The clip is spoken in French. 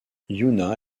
yuna